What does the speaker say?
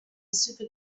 super